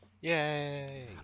yay